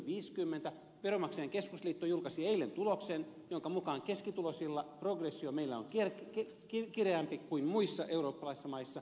veronmaksajain keskusliitto julkaisi eilen tuloksen jonka mukaan keskituloisilla progressio meillä on kireämpi kuin muissa eurooppalaisissa maissa